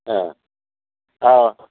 ആ ആ